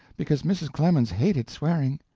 because mrs. clemens hated swearing.